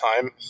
time